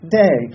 day